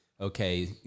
okay